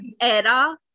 era